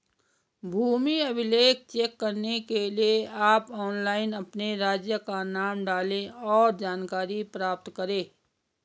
भूमि अभिलेख चेक करने के लिए आप ऑनलाइन अपने राज्य का नाम डालें, और जानकारी प्राप्त करे